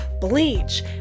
bleach